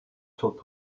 sont